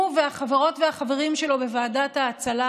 הוא והחברות והחברים שלו בוועדת ההצלה,